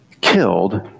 killed